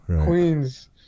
Queens